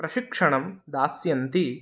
प्रशिक्षणं दास्यन्ति